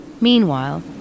Meanwhile